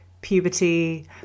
puberty